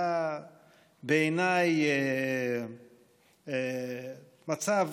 היה בעיניי מצב